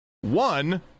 One